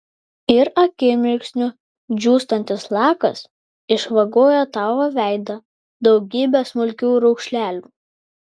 ir akimirksniu džiūstantis lakas išvagoja tavo veidą daugybe smulkių raukšlelių